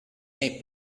nei